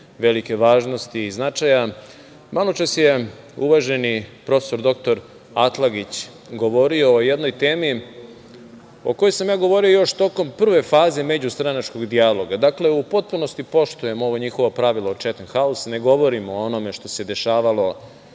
velike važnosti i značaja, maločas je uvaženi prof. dr Atlagić govorio o jednoj temi o kojoj sam ja govorio još tokom prve faze međustranačkog dijaloga. Dakle, u potpunosti poštujem ovo njihovo pravilo „chatham house“ ne govorim o onome što se dešavalo